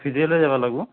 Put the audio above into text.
ভিজাই লৈ যাব লাগিব